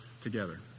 together